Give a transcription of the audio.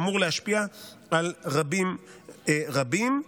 שאמור להשפיע על רבים רבים.